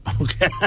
okay